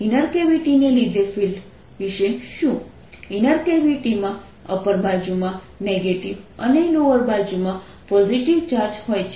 inner cavity ને લીધે field વિશે શું ઈનર કેવિટી માં અપર બાજુમાં નેગેટિવ અને લોઅર બાજુમાં પોઝિટિવ ચાર્જ હોય છે